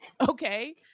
okay